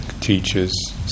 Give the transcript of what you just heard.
teachers